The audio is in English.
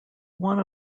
one